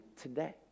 today